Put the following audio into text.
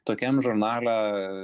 tokiam žurnale